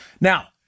Now